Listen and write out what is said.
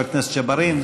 חבר הכנסת יוסף ג'בארין,